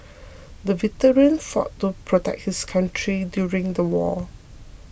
the veteran fought to protect his country during the war